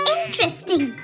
Interesting